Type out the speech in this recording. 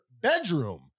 bedroom